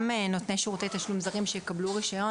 גם נותני שירותי תשלום זרים שיקבלו רישיון